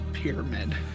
pyramid